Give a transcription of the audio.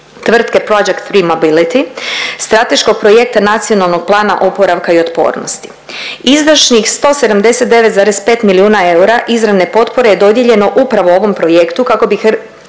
tvrtke Projects Friability strateškog projekta Nacionalnog plana oporavka i otpornosti. Izdašnih 179,5 milijuna eura izravne potpore je dodijeljeno upravo ovom projektu kako bi